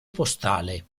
postale